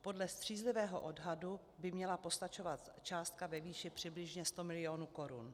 Podle střízlivého odhadu by měla postačovat částka ve výši přibližně 100 mil. korun.